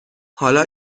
حالا